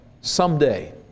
someday